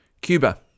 Cuba